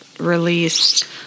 released